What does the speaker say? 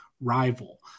rival